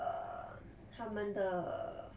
err mm 他们的